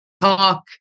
talk